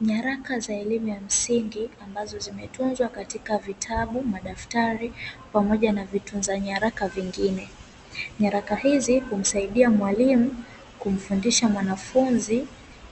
Nyaraka za elimu ya msingi ambazo zimetunzwa katika vitabu, madaftari pamoja na vitunza nyaraka zingine. Nyaraka hizi humsaidia mwalimu kumfundisha mwanafunzi